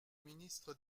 ministre